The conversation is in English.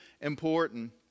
important